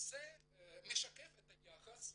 משקף את היחס,